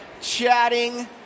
chatting